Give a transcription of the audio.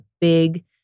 big